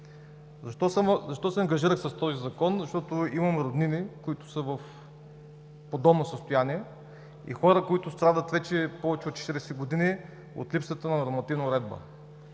Защо се ангажирах с този Закон? Защото имам роднини, които са в подобно състояние, и хора, които страдат повече от 40 години от липсата на нормативна уредба.